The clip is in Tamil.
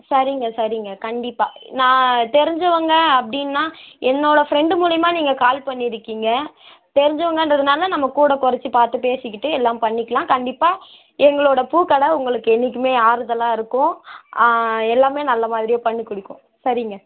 சரிங்க சரிங்க கண்டிப்பாக நான் தெரிஞ்சவங்க அப்படின்னா என்னோடய ஃப்ரெண்டு மூலயமா நீங்கள் கால் பண்ணியிருக்கீங்க தெரிஞ்சவங்கன்றதுனால நம்ம கூட குறைச்சி பார்த்து பேசிகிட்டு எல்லாம் பண்ணிக்கலாம் கண்டிப்பாக எங்களோடய பூக்கடை உங்களுக்கு என்றைக்குமே ஆறுதலாக இருக்கும் எல்லாமே நல்லமாதிரியாக பண்ணி கொடுக்கும் சரிங்க